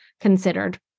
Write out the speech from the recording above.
considered